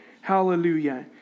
Hallelujah